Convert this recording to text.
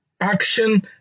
Action